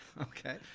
Okay